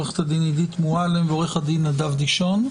עורכת הדין עידית מועלם ועורך הדין נדב דישון.